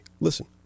Listen